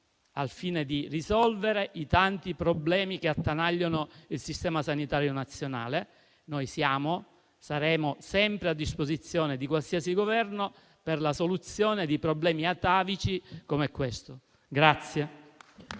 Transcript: al fine di risolvere i tanti problemi che attanagliano il Sistema sanitario nazionale. Noi siamo e saremo sempre a disposizione di qualsiasi Governo per la soluzione di problemi atavici come questo.